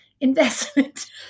investment